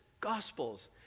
Gospels